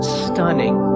stunning